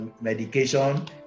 medication